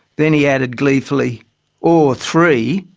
then he added gleefully or three.